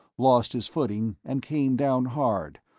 lost his footing, and came down, hard,